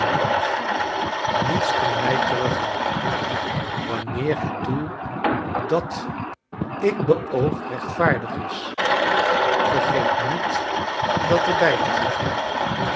niets kan mrj terughouden wanneer het doel dat ik beoog rechtvaardig is vergeet niet dat er bij te voegen